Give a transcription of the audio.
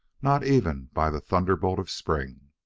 not even by the thunderbolt of spring.